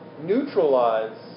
neutralize